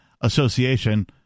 association